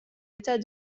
état